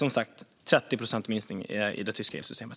Som sagt: I det tyska elsystemet har utsläppen minskat med 30 procent.